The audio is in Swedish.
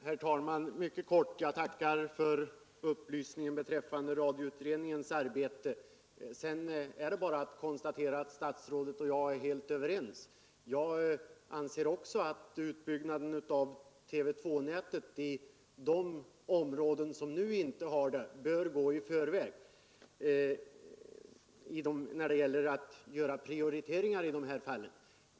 Herr talman! Jag tackar för upplysningen beträffande radioutredningens arbete. I övrigt är det bara att konstatera att statsrådet och jag är helt överens. Också jag anser att utbyggnaden av TV 2-nätet inom de områden som nu inte har TV 2 bör gå före när det gäller prioriteringar i dessa fall.